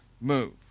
move